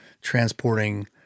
transporting